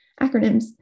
acronyms